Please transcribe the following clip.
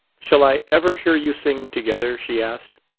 shall i ever hear you sing together? she asked.